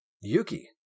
Yuki